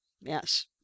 Yes